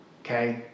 okay